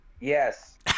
Yes